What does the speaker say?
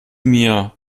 mir